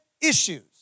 issues